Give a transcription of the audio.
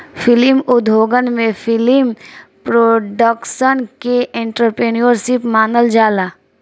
film उद्योगन में film production के एंटरप्रेन्योरशिप मानल जाला